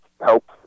help